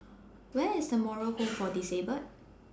Where IS The Moral Home For Disabled